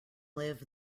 live